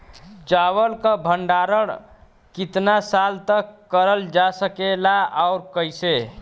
चावल क भण्डारण कितना साल तक करल जा सकेला और कइसे?